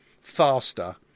faster